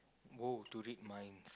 !woah! to read minds